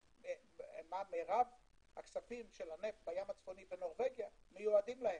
מה מרב הכספים של הנפט בים הצפוני בנורבגיה מיועדים להם,